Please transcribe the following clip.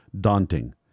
daunting